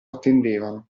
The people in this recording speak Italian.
attendevano